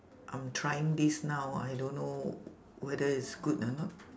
I'm trying this now I don't know whether it's good or not